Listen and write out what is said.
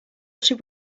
should